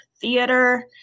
theater